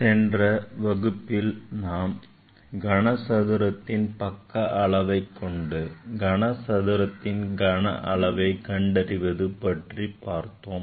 சென்ற வகுப்பில் நாம் கனசதுரத்தின் பக்க அளவை கொண்டு கனசதுரத்தின் கன அளவை கண்டறிவது பற்றி பார்த்தோம்